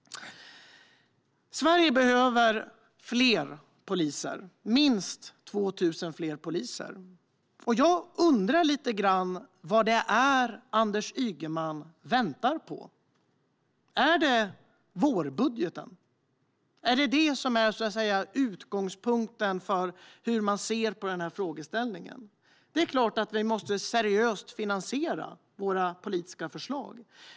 Sverige behöver fler poliser, minst 2 000 fler. Jag undrar vad Anders Ygeman väntar på. Är det vårbudgeten? Är det den som är utgångspunkten för hur man ser på den här frågan? Det är klart att det måste finnas seriös finansiering för våra politiska förslag.